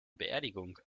beerdigung